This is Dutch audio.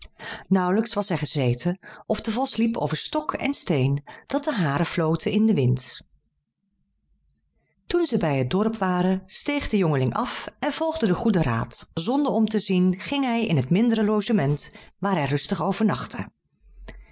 nauwelijks was hij gezeten of de vos liep over stok en steen dat de haren floten in den wind toen zij bij het dorp waren steeg de jongeling af en volgde den goeden raad zonder om te zien ging hij in het mindere logement waar hij rustig overnachtte